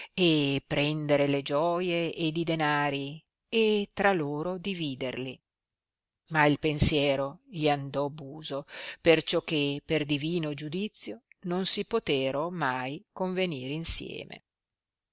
e prendere le gioie ed i danari e tra loro dividerli ma il pensiero gli andò buso perciò che per divino giudizio non si poterò mai convenir insieme